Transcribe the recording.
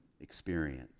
experience